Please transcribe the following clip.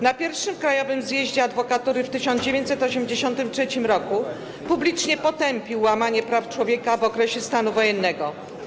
Na I Krajowym Zjeździe Adwokatury w 1983 r. publicznie potępił łamanie praw człowieka w okresie stanu wojennego.